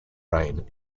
reign